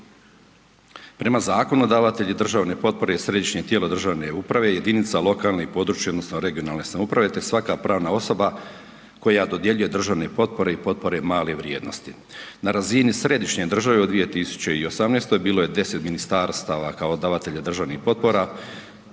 Prema zakonu davatelji državne potpore je središnje tijelo državne uprave, jedinica lokalne i područne odnosno regionalne samouprave te svaka pravna osoba koja dodjeljuje državne potpore i potpore male vrijednosti. Na razini središnje države u 2018. bilo je 10 ministarstva kao davatelja državnih potpora,